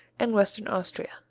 and western austria